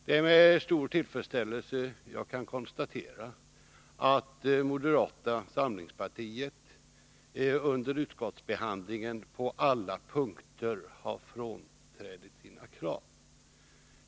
Det är med stor tillfredsställelse jag kan konstatera att moderata samlingspartiet under utskottsbehandlingen på alla punkter har frånträtt sina krav.